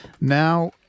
Now